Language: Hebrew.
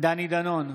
דני דנון,